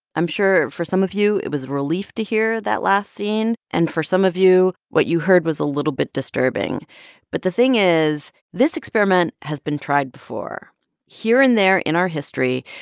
i'm sure, for some of you, it was a relief to hear that last scene. and for some of you, what you heard was a little bit disturbing but the thing is, this experiment has been tried before here and there in our history,